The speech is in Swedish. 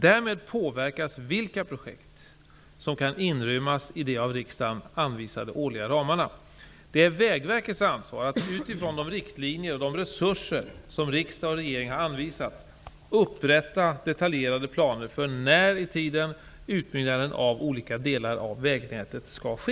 Därmed påverkas vilka projekt som kan inrymmas i de av riksdagen anvisade årliga ramarna. Det är Vägverkets ansvar att, utifrån de riktlinjer och de resurser som riksdag och regering har anvisat, upprätta detaljerade planer för när i tiden utbyggnaden av olika delar av vägnätet skall ske.